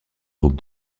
groupe